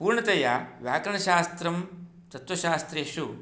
पूर्णतया व्याकरणशास्त्रं तत्त्वशास्त्रेषु